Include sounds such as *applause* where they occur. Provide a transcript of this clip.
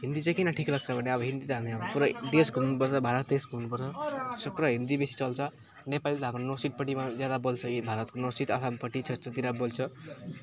हिन्दी चाहिँ किन ठिक लाग्छ भने अब हिन्दी अब हाम्रो पुरै देश घुम्नुपर्छ भारत देश घुम्नुपर्छ त्यसमा पुरा हिन्दी बेसी चल्छ नेपाली त हाम्रो नर्थइस्टपट्टि ज्यादा बोल्छ भारतको नर्थइस्ट आसामपट्टि *unintelligible* बोल्छ